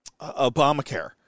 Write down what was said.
Obamacare